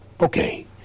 Okay